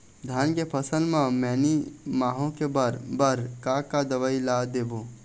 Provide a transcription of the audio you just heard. धान के फसल म मैनी माहो के बर बर का का दवई ला देबो?